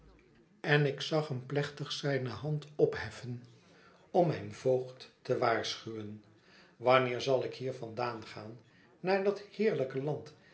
en ik zag hem plechtig zijne hand opheffen om mijn voogd te waarschuwen wanneer zal ik hier vandaan gaan naar dat heerlijke land